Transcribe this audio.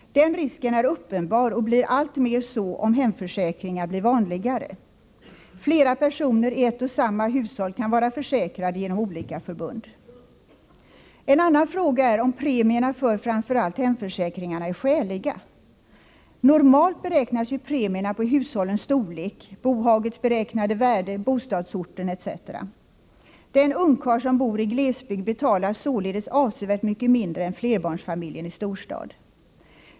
Den risken är uppenbar och blir det alltmer om hemförsäkringar blir vanligare. Flera personer i ett och samma hushåll kan vara försäkrade genom olika förbund. En annan fråga är om premierna för framför allt hemförsäkringarna är skäliga. Normalt beräknas ju premierna på hushållens storlek, bohagets beräknade värde, bostadsorten, etc. Den ungkarl som bor i glesbygd betalar således avsevärt mycket mindre än flerbarnsfamiljen i storstad.